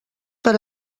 per